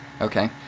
Okay